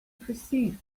perceived